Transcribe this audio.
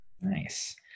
nice